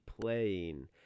playing